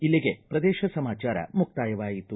ಇಲ್ಲಿಗೆ ಪ್ರದೇಶ ಸಮಾಚಾರ ಮುಕ್ತಾಯವಾಯಿತು